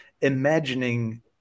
imagining